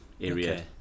area